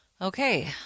Okay